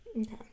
okay